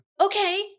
Okay